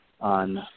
On